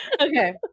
Okay